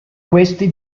questi